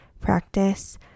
practice